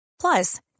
Plus